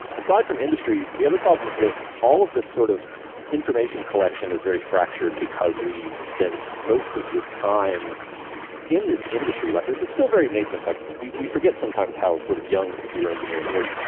aside from industry, the other problem is that all of this sort of information collection is very fractured, because we've spent most of the time in this industry, like this is still very nascent. like we we forget sometimes how sort of young computer engineering is,